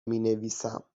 مینویسم